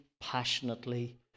passionately